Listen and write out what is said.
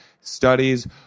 Studies